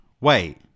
wait